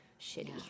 shitty